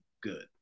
good